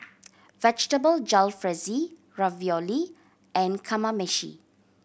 Vegetable Jalfrezi Ravioli and Kamameshi